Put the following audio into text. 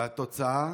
והתוצאה